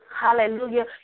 Hallelujah